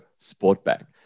Sportback